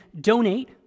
donate